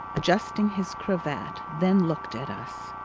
adjusting his cravat, then looked at us.